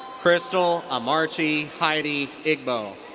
krystal amarachi heidi igbo.